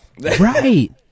right